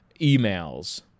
emails